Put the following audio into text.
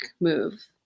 move